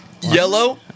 Yellow